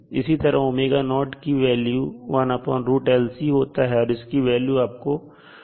इसी तरह होता है और इसकी वैल्यू आपको 25 मिलेगी